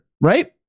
right